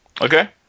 Okay